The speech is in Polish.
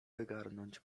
wygarnąć